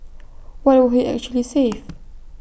what would he actually save